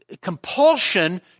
compulsion